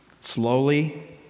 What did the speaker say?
slowly